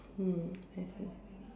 hmm let's see